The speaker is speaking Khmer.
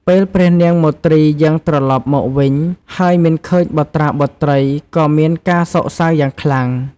ពេលព្រះនាងមទ្រីយាងត្រឡប់មកវិញ ហើយមិនឃើញបុត្រាបុត្រី ក៏មានការសោកសៅយ៉ាងខ្លាំង។